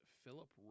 philip